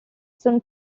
soon